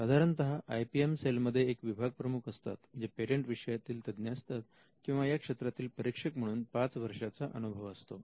साधारणतः I P M cell मध्ये एक विभाग प्रमुख असतात जे पेटंट विषयातील तज्ञ असतात किंवा या क्षेत्रातील परीक्षक म्हणून पाच वर्षांचा अनुभव असतो